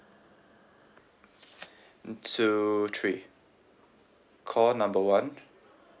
mm two three call number one